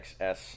XS